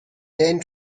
ten